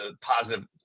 positive